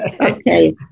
Okay